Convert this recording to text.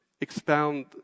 expound